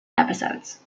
episodes